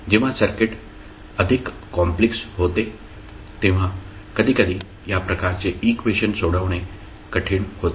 जेव्हा सर्किट अधिक कॉम्प्लेक्स होते तेव्हा कधीकधी या प्रकारचे इक्वेशन सोडवणे कठीण होते